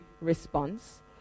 response